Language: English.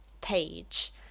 page